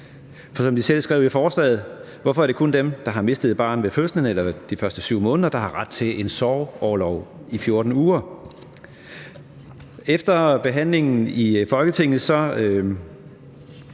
forslagsstillerne skrev i forslaget: Hvorfor er det kun dem, der har mistet et barn ved fødslen eller i de første 7 måneder, der har ret til en sorgorlov i 14 uger? Efter behandlingen i Folketinget